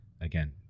again